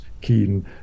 keen